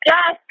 Yes